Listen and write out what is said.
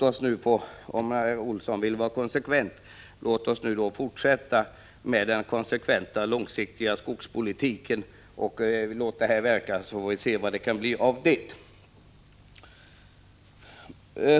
Om herr Olsson vill vara konsekvent, så låt oss fortsätta med den konsekventa, långsiktiga skogspolitiken. Låt den verka, så får vi se vad det kan bli av den.